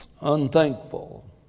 Unthankful